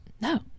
no